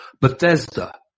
Bethesda